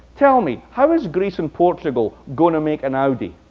tell me, how is greece and portugal going to make an audi?